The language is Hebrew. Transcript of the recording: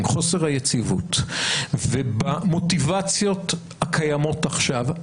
עם חוסר היציבות ובמוטיבציות הקיימות עכשיו,